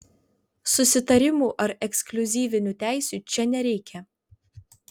susitarimų ar ekskliuzyvinių teisių čia nereikia